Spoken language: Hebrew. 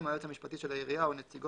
(2) היועץ המשפטי של העירייה או נציגו